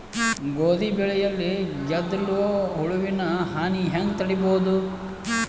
ಗೋಧಿ ಬೆಳೆಯಲ್ಲಿ ಗೆದ್ದಲು ಹುಳುವಿನ ಹಾನಿ ಹೆಂಗ ತಡೆಬಹುದು?